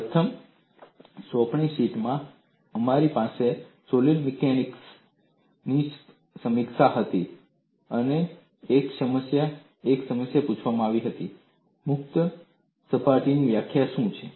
પ્રથમ સોંપણી શીટમાં અમારી પાસે સૉલિડ મિકેનિક્સની સમીક્ષા હતી અને એક સમસ્યા પૂછવામાં આવી હતી મુક્ત સપાટીની વ્યાખ્યા શું છે